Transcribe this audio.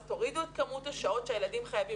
אז תורידו את כמות השעות שהילדים חייבים.